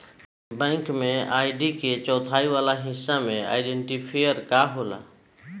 Bank में ID के चौथाई वाला हिस्सा में आइडेंटिफैएर होला का?